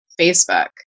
Facebook